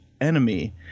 enemy